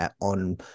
on